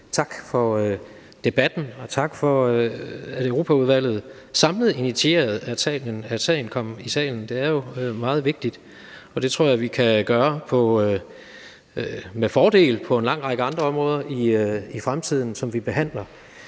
tak for debatten, og tak for, at Europaudvalget samlet initierede, at sagen kom i salen. Det er jo meget vigtigt, og det tror jeg vi med fordel kan gøre i fremtiden på en lang række områder, som vi behandler.